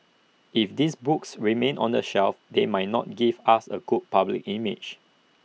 if these books remain on the shelf they might not give us A good public image